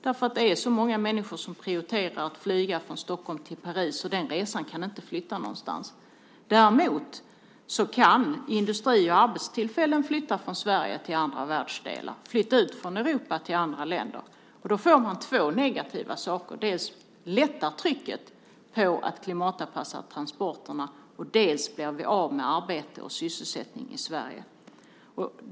Det är så många människor som prioriterar att flyga från Stockholm till Paris, och den resan kan inte flytta någonstans. Däremot kan industri och arbetstillfällen flytta från Sverige till andra världsdelar och flytta ut från Europa till andra länder. Då får man två negativa saker. Dels lättar trycket på att klimatanpassa transporterna, dels blir vi av med arbete och sysselsättning i Sverige.